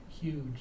huge